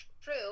True